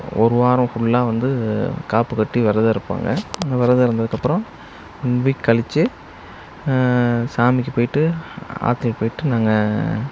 ஒரு வாரம் ஃபுல்லாக வந்து காப்பு கட்டி விரதம் இருப்பாங்க விரதம் இருந்ததுக்கப்புறம் ஒன் வீக் கழித்து சாமிக்குப் போயிட்டு ஆற்றுக்குப் போயிட்டு நாங்கள்